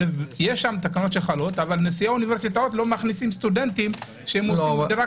תקנות שחלות אבל נשיאי האוניברסיטאות לא מכניסים סטודנטים שעושים רק